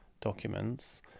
documents